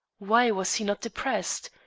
why was he not depressed?